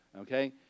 okay